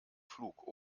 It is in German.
flug